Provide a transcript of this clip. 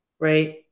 right